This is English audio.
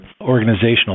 organizational